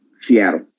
Seattle